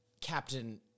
Captain